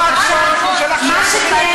מה שכן,